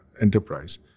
enterprise